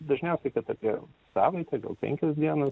dažniausiai kad apie savaitę gal penkios dienos